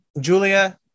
Julia